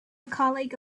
colleague